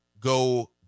go